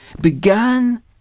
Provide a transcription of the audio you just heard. began